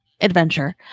Adventure